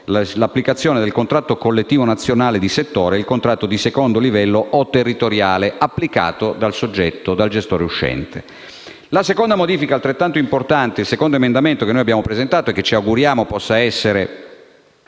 l'applicazione del contratto collettivo nazionale di settore e di quello di secondo livello o territoriale applicato dal soggetto gestore uscente. La seconda modifica, altrettanto importante, contenuta nel secondo emendamento che abbiamo presentato, che ci auguriamo possa essere